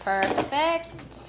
Perfect